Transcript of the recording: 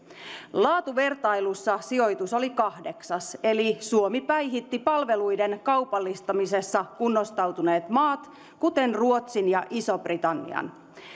laatuvertailuissa sijoitus oli kahdeksas eli suomi päihitti palveluiden kaupallistamisessa kunnostautuneet maat kuten ruotsin ja ison britannian